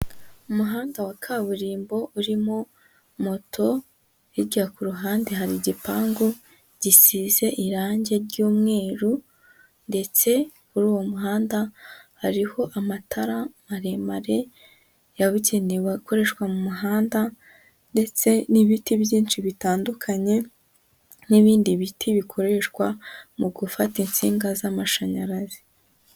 Umuhanda wa kaburimbo urimo moto, hirya ku ruhande hari igipangu gisize irangi ry'umweru ndetse muri uwo muhanda hariho amatara maremare, yabugenewe akoreshwa mu muhanda, ndetse n'ibiti byinshi bitandukanye n'ibindi biti bikoreshwa mu gufata insinga z'amashanyarazi.